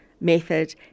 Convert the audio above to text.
method